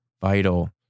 vital